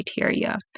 criteria